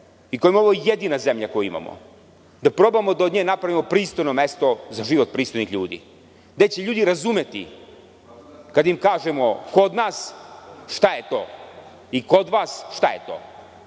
i kojima je ovo jedina zemlja koju imamo, da probamo da od nje napravimo pristojno mesto za život pristojnih ljudi, gde će ljudi razumeti kad im kažemo – kod nas šta je to, i kod vas šta je to.